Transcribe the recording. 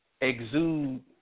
Exude